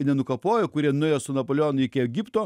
nenukapojo kurie nuėjo su napoleonu iki egipto